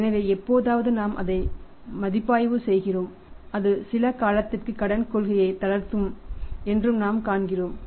எனவே எப்போதாவது நாம் அதை மதிப்பாய்வு செய்கிறோம் அது சில காலத்திற்கு கடன் கொள்கையை தளர்த்தும் என்று நாம் காண்கிறோம்